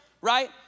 right